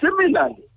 similarly